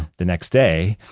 the next day.